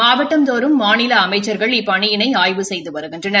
மாவட்டந்தோறும் மாநில அமைச்சர்கள் இப்பணியினை ஆய்வு செய்து வருகின்றனர்